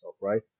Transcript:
right